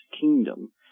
kingdom